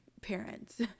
parents